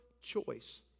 choice